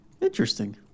Interesting